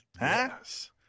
Yes